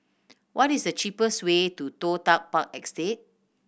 what is the cheapest way to Toh Tuck Park Estate